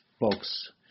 box